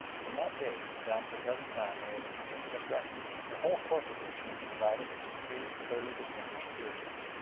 from that date down to the present time we have a continuous record, the whole course of which may be divided into three clearly distinguished periods.